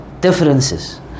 differences